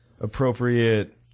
appropriate